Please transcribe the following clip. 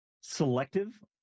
selective